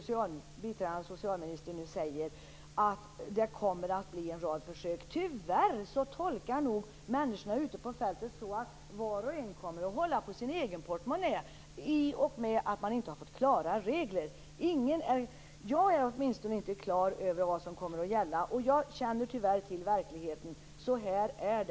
som biträdande socialministern nu säger, att det kommer att bli en rad försök. Tyvärr tolkar nog människorna ute på fältet det som att var och en kommer att hålla i sin egen portmonnä i och med att de inte har fått några klara regler. Jag är åtminstone inte på det klara med vad som kommer att gäller. Och jag känner tyvärr till verkligheten. Så här är det.